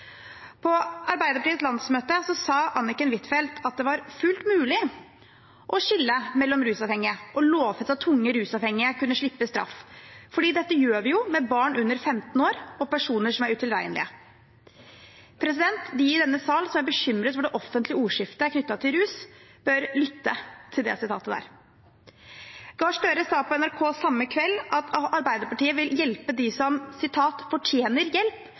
På Arbeiderpartiets landsmøte sa Anniken Huitfeldt at det var fullt mulig å skille mellom rusavhengige, og lovte at tungt rusavhengige kunne slippe straff, for dette gjør vi jo med barn under 15 år og personer som er utilregnelige. De i denne sal som er bekymret for det offentlige ordskiftet knyttet til rus, bør lytte til det utsagnet. Representanten Gahr Støre sa på NRK samme kveld at Arbeiderpartiet vil hjelpe dem som fortjener hjelp,